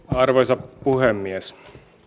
arvoisa puhemies